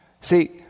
See